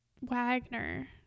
Wagner